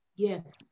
Yes